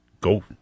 go